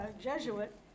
Jesuit